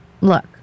Look